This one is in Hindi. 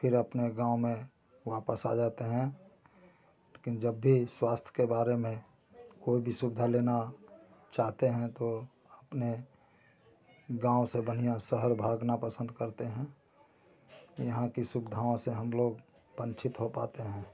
फिर अपने गाँव में वापस आ जाते हैं लेकिन जब भी स्वास्थ्य के बारे में कोई भी सुविधा लेना चाहते हैं तो अपने गाँव से बढ़िया शहर भागना पसंद करते हैं यहाँ की सुविधाओं से हम लोग वंचित हो पाते हैं